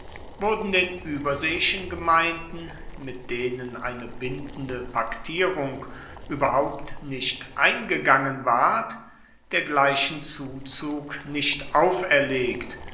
wurden den ueberseeischen gemeinden mit denen eine bindende paktierung ueberhaupt nicht eingegangen ward dergleichen zuzug nicht auferlegt